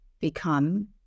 become